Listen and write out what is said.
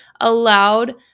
allowed